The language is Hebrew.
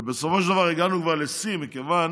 ובסופו של דבר הגענו כבר לשיא, מכיוון